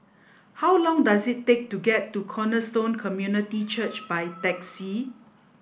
how long does it take to get to Cornerstone Community Church by taxi